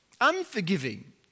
unforgiving